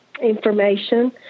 information